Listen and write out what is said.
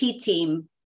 team